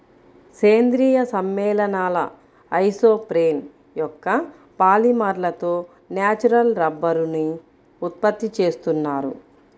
సేంద్రీయ సమ్మేళనాల ఐసోప్రేన్ యొక్క పాలిమర్లతో న్యాచురల్ రబ్బరుని ఉత్పత్తి చేస్తున్నారు